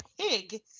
pig